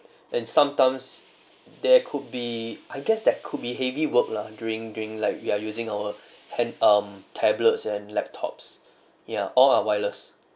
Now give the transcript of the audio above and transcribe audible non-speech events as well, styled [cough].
[breath] and sometimes there could be I guess that could be heavy work lah during during like we are using our hand um tablets and laptops ya all are wireless